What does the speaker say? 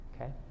Okay